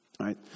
Right